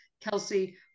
Kelsey